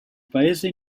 paese